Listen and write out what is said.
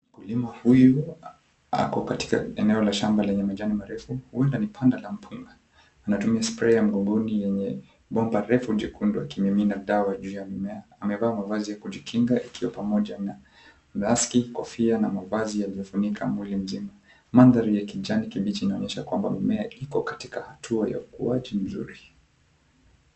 Mkulima huyu ako katika eneo la shamba lenye majani marefu, huenda ni panda la mpunga. Anatumia sprayer ya mgongoni yenye bomba refu jekundu akimimina dawa juu ya mimea, amevaa mavazi ya kujikinga ikiwa pamoja na maski , kofia na mavazi yaliyofunika mwili mzima. Mandhari ya kijani kibichi inaonyesha kwamba mimea iko katika hatua ya ukuaji nzuri.